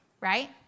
right